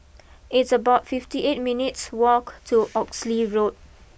it's about fifty eight minutes walk to Oxley Road